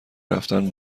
رفتن